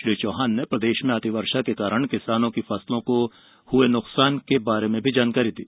श्री चौहान ने प्रदेश में अतिवर्षा के कारण किसानों की फसलों को हुए नुकसान के बारे में भी जानकारी दी